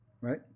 right